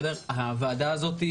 הוועדה הזאת,